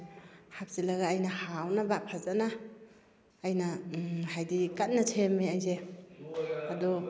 ꯍꯥꯞꯆꯤꯟꯂꯒ ꯑꯩꯅ ꯍꯥꯎꯅꯕ ꯐꯖꯅ ꯑꯩꯅ ꯍꯥꯏꯗꯤ ꯀꯟꯅ ꯁꯦꯝꯃꯦ ꯑꯩꯁꯦ ꯑꯗꯣ